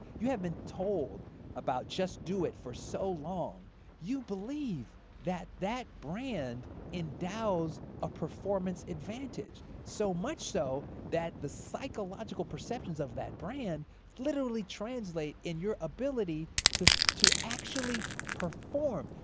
you have been told about just do it for so long you believe that that brand endows a performance advantage, so much so that the psychological perceptions of that brand literally translate in your ability to to actually perform,